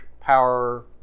power